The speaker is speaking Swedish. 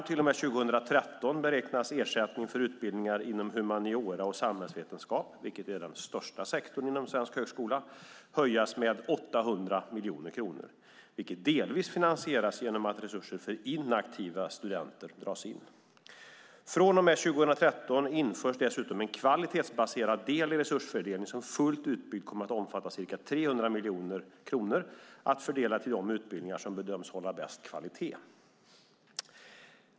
Till och med 2013 beräknas ersättningen för utbildningar inom humaniora och samhällsvetenskap, vilket är den största sektorn inom svensk högskola, höjas med 800 miljoner kronor, vilket delvis finansieras genom att resurser för inaktiva studenter dras in. Från och med 2013 införs dessutom en kvalitetsbaserad del i resursfördelningen som fullt utbyggd kommer att omfatta ca 300 miljoner kronor att fördela till de utbildningar som bedöms hålla bäst kvalitet.